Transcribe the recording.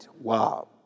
Wow